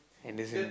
and there's a